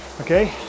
okay